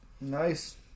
nice